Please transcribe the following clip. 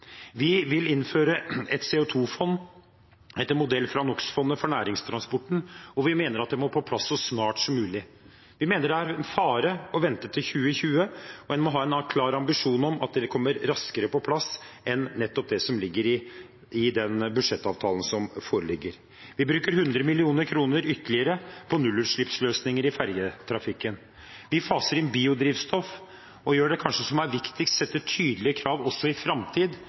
Vi vil innføre et CO 2 -fond etter modell fra NOx-fondet for næringstransporten, og vi mener at det må på plass så snart som mulig. Vi mener det er en fare å vente til 2020, og en må ha en klar ambisjon om at det kommer raskere på plass enn nettopp det som ligger i budsjettavtalen som foreligger. Vi bruker ytterligere 100 mill. kr på nullutslippsløsninger i fergetrafikken. Vi faser inn biodrivstoff og gjør det som kanskje er viktigst, som er å sette tydelige krav også i